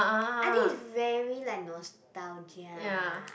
I think it's very like nostalgia